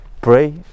pray